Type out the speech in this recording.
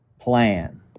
plan